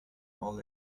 all